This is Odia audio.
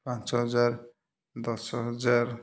ପାଞ୍ଚହଜାର ଦଶହଜାର